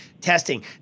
testing